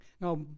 Now